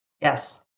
yes